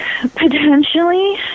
Potentially